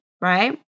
right